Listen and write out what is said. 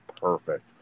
perfect